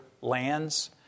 lands